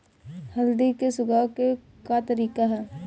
हल्दी के सुखावे के का तरीका ह?